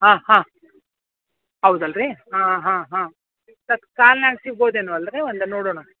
ಹಾಂ ಹಾಂ ಹೌದಲ್ರಿ ಹಾಂ ಹಾಂ ಹಾಂ ತತ್ಕಾಲ್ನಾಗ ಸಿಗ್ಬೋದೇನೋ ಅಲ್ರಿ ಒಂದು ನೋಡೋಣ